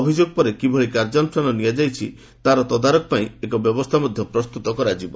ଅଭିଯୋଗ ପରେ କିଭଳି କାର୍ଯ୍ୟାନୁଷ୍ଠାନ ନିଆଯାଇଛି ତାର ତଦାରଖ ପାଇଁ ଏକ ବ୍ୟବସ୍ଥା ମଧ୍ୟ ପ୍ରସ୍ତୁତ କରାଯିବ